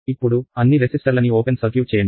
ఇప్పుడు అన్ని రెసిస్టర్లని ఓపెన్ సర్క్యూట్ చేయండి